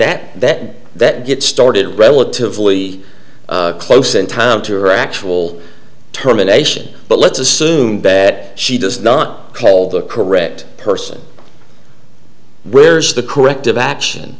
that that that gets started relatively close in time to her actual terminations but let's assume bat she does not call the correct person where's the corrective action